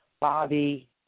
Bobby